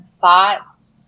thoughts